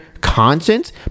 conscience